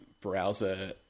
browser